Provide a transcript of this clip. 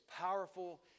powerful